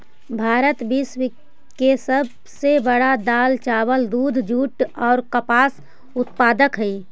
भारत विश्व के सब से बड़ा दाल, चावल, दूध, जुट और कपास उत्पादक हई